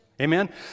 Amen